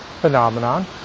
Phenomenon